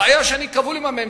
הבעיה היא שאני כבול לממשלה,